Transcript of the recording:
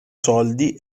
soldi